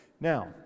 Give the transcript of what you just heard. Now